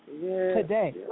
today